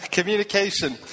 Communication